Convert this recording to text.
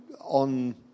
on